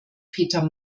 peter